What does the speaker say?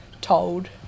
told